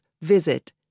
visit